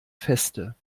feste